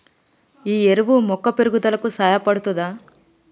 ఈ ఎరువు మొక్క పెరుగుదలకు సహాయపడుతదా?